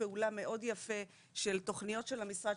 פעולה מאוד יפה של תוכניות של המשרד,